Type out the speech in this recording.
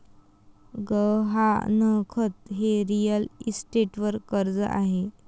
गहाणखत हे रिअल इस्टेटवर कर्ज आहे